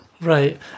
Right